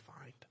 find